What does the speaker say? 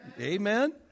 Amen